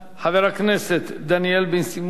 חבר הכנסת דניאל בן-סימון,